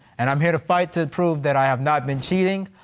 and i'm here to fight to prove that i have not been cheating,